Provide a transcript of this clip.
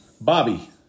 Bobby